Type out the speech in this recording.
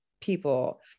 people